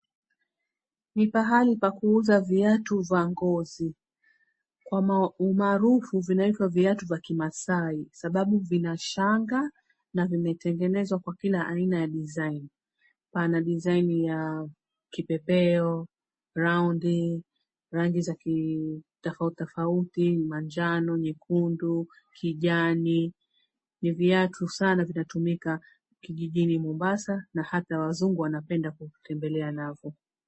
Ni pahali pa kuuza viatu vya ngozi. Kwa umaarufu vinaitwa viatu vya kimaasai sababu vina shanga na vimetengenezwa kwa kila aina ya design . Pana design ya kipepeo, raundi, rangi za tofauti tofauti, manjano, nyekundu, kijani. Ni viatu sana vinatumika kijijini mombasa na hata wazungu wanapenda kutembelea navyo.